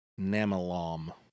Namalom